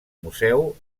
museu